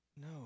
No